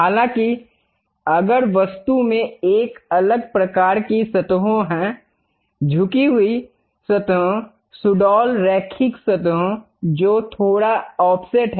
हालांकि अगर वस्तु में एक अलग प्रकार की सतहों हैं झुकी हुई सतहों सुडौल रैखिक सतहों जो थोड़ा ऑफसेट हैं